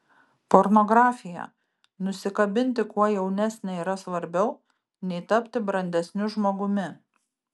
pornografija nusikabinti kuo jaunesnę yra svarbiau nei tapti brandesniu žmogumi